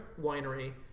winery